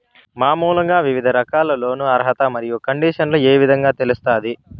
మామూలుగా వివిధ రకాల లోను అర్హత మరియు కండిషన్లు ఏ విధంగా తెలుస్తాది?